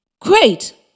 Great